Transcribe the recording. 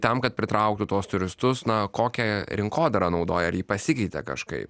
tam kad pritrauktų tuos turistus na kokią rinkodarą naudoja ar ji pasikeitė kažkaip